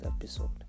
episode